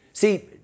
See